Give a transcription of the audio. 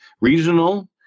regional